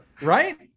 right